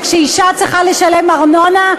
כשאישה צריכה לשלם ארנונה,